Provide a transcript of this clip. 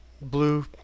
blue